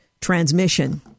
transmission